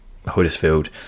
Huddersfield